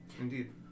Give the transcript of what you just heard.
Indeed